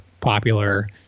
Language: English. popular